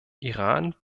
iran